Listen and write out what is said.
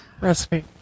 recipe